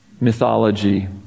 mythology